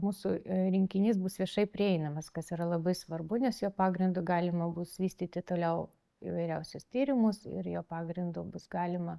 mūsų rinkinys bus viešai prieinamas kas yra labai svarbu nes jo pagrindu galima bus vystyti toliau įvairiausius tyrimus ir jo pagrindu bus galima